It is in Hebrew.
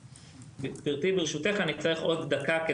גברתי, ברשותך, אני צריך עוד דקה.